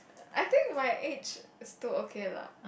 I think my age still okay lah